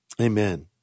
amen